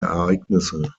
ereignisse